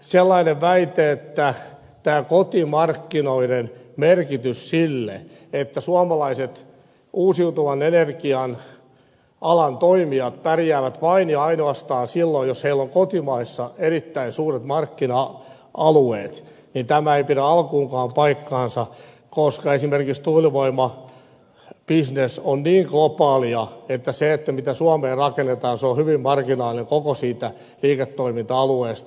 sellainen väite että kotimarkkinoiden merkitys sille että suomalaiset uusiutuvan energian alan toimijat pärjäävät vain ja ainoastaan silloin jos niillä on kotimaassa erittäin suuret markkina alueet ei pidä alkuunkaan paikkaansa koska esimerkiksi tuulivoimabisnes on niin globaalia että se mitä suomeen rakennetaan on hyvin marginaalinen osa koko siitä liiketoiminta alueesta